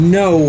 no